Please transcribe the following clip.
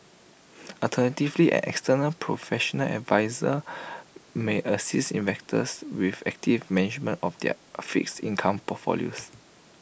alternatively an external professional adviser may assist investors with active management of their fixed income portfolios